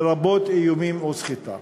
לרבות איומים או סחיטה.